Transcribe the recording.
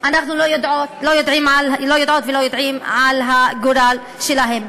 אנחנו לא יודעות ולא יודעים על הגורל שלהם.